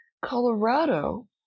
Colorado